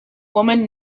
woman